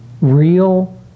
real